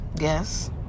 Yes